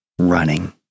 Running